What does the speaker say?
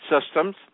systems